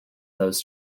those